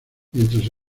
mientras